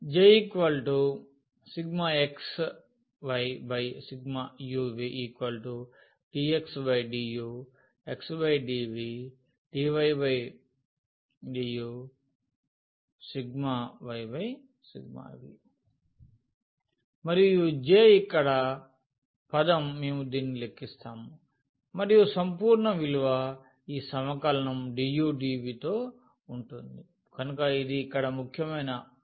J x yu v∂x∂u X∂v ∂y∂u ∂y∂v మరియు ఈ J ఇక్కడ పదం మేము దీనిని లెక్కిస్తాము మరియు సంపూర్ణ విలువ ఈ సమకలనం dudv తో ఉంటుంది కనుక ఇది ఇక్కడ ముఖ్యమైన విషయం